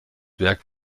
werk